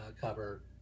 cover